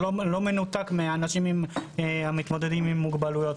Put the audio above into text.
היא לא מנותקת מהאנשים שמתמודדים עם מוגבלויות.